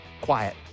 Quiet